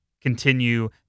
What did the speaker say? continue